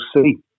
see